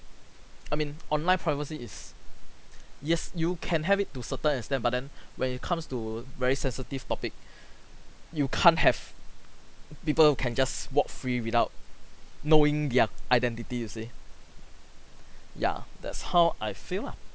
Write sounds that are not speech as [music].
I mean online privacy is yes you can have it to certain extent but then [breath] when it comes to very sensitive topic [breath] you can't have people who can just walk free without knowing their identity you see yeah that's how I feel lah